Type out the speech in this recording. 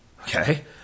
Okay